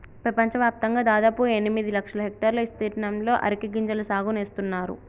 పెపంచవ్యాప్తంగా దాదాపు ఎనిమిది లక్షల హెక్టర్ల ఇస్తీర్ణంలో అరికె గింజల సాగు నేస్తున్నారు